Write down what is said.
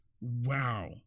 Wow